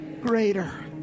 Greater